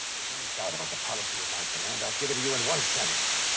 there's any doubt about the policy. of my command, i'll give it to you in one sentence